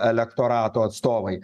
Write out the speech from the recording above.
elektorato atstovai